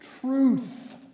truth